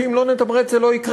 כי אם לא נתמרץ זה לא יקרה,